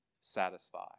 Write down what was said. satisfy